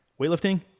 Weightlifting